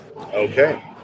Okay